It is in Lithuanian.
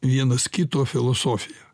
vienas kito filosofija